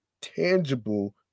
tangible